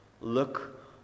Look